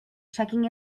checking